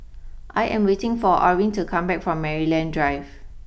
I am waiting for Orene to come back from Maryland Drive